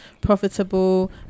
profitable